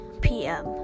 PM